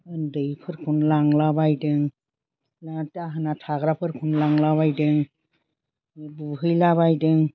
उन्दैफोरखौनो लांला बायदों आर दाहोना थाग्राफोरखौनो लांलाबायदों बुहैला बायदों